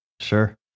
sure